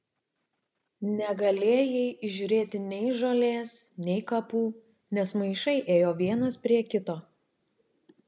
negalėjai įžiūrėti nei žolės nei kapų nes maišai ėjo vienas prie kito